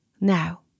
Now